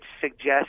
suggest